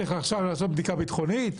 צריך לעשות בדיקה ביטחונית,